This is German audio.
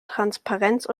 transparenz